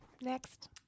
Next